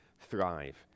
thrive